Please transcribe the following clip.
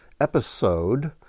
episode